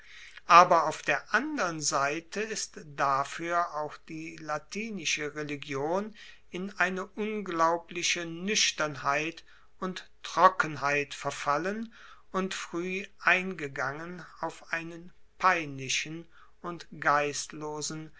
aber auf der andern seite ist dafuer auch die latinische religion in eine unglaubliche nuechternheit und trockenheit verfallen und frueh eingegangen auf einen peinlichen und geistlosen